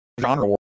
genre